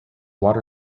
water